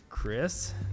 Chris